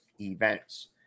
events